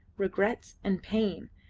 regrets, and pain,